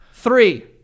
Three